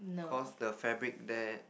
cause the fabric there